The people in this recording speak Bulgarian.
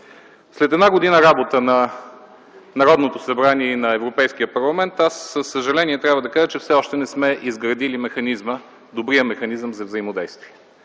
След една година работа на Народното събрание и на Европейския парламент аз със съжаление трябва да кажа, че все още не сме изградили механизма, добрия механизъм за взаимодействие.